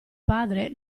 padre